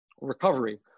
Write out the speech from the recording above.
Recovery